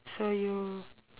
so you